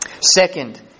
Second